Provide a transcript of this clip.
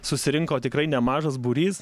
susirinko tikrai nemažas būrys